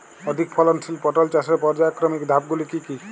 অধিক ফলনশীল পটল চাষের পর্যায়ক্রমিক ধাপগুলি কি কি?